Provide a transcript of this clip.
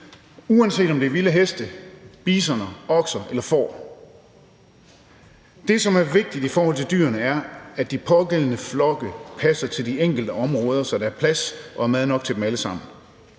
uanset om det er vilde heste, bisoner, okser eller får. Det, som er vigtigt i forhold til dyrene, er, at de pågældende flokke passer til de enkelte områder, så der er plads og mad nok til dem alle sammen.